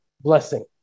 blessing